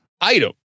item